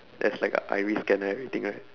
there's like a iris scanner everything right